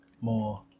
more